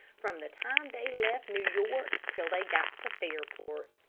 from the time they left new york till they got to fairport.